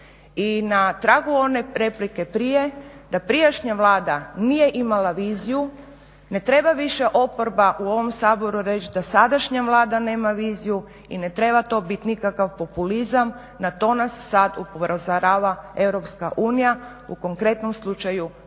I na tragu one prepreke prije da prijašnja vlada nije imala viziju, ne treba više oporba u ovom Saboru reći da sadašnja Vlada nema viziju i ne treba to biti nikakav populizam, na to nas sada upozorava EU u konkretnom slučaju